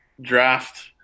draft